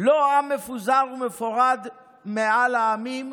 לא עם מפוזר ומפורד מעל העמים,